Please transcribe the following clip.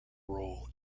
role